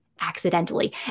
accidentally